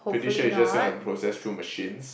pretty sure it's just gonna process through machines